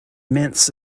mints